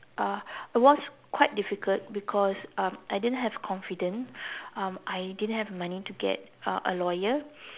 uh it was quite difficult because um I didn't have confidence um I didn't have money to get uh a lawyer